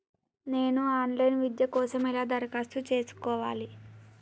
నేను online విద్య కోసం ఎలా దరఖాస్తు చేసుకోవాలి?